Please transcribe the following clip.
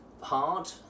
hard